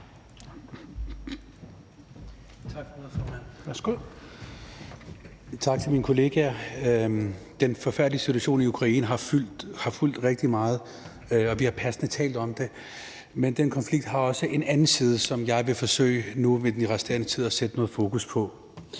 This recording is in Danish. Tak, formand, og tak til mine kollegaer. Den forfærdelige situation i Ukraine har fyldt rigtig meget, og vi har passende nok talt om det. Men den konflikt har også en anden side, som jeg vil forsøge nu med min resterende tid at sætte noget fokus på.